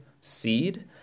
seed